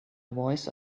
voice